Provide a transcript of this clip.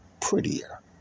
prettier